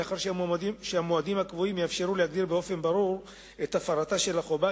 מאחר שהמועדים הקבועים יאפשרו להגדיר באופן ברור את הפרתה של החובה,